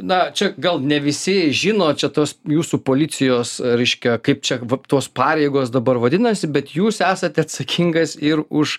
na čia gal ne visi žino čia tos jūsų policijos reiškia kaip čia va tos pareigos dabar vadinasi bet jūs esat atsakingas ir už